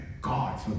God